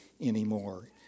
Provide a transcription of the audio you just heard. anymore